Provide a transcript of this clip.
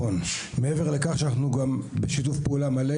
מעבר לכך שאנחנו גם בשיתוף פעולה מלא